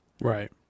Right